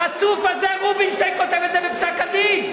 החצוף הזה, רובינשטיין, כותב את זה בפסק-הדין.